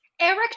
Eric